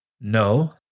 No